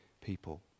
people